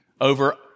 over